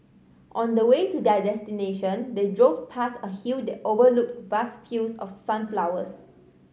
on the way to their destination they drove past a hill that overlooked vast fields of sunflowers